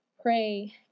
pray